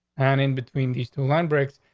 and in between these two line breaks,